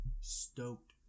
stoked